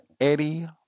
Eddie